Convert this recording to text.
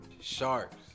Sharks